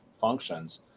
functions